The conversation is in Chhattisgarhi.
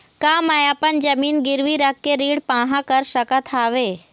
का मैं अपन जमीन गिरवी रख के ऋण पाहां कर सकत हावे?